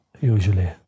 usually